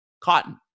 Cotton